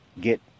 get